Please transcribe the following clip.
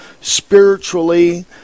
spiritually